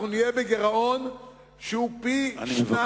אנחנו נהיה בגירעון שהוא פי-שניים.